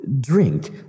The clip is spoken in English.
drink